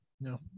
No